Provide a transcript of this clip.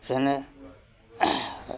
যেনে